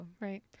Right